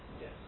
Yes